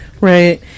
Right